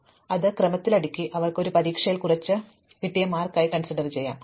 അതിനാൽ ഞങ്ങൾ ഇത് ക്രമത്തിൽ അടുക്കി അവർക്ക് ഒരു പരീക്ഷയിൽ കുറച്ച് മാർക്ക് ലഭിച്ചിരിക്കാം